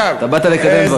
אתה באת לקדם דברים.